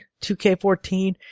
2K14